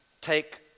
take